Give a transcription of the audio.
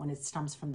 זה התפקיד שלנו,